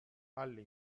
alle